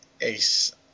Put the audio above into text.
ace